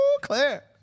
claire